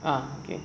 ah okay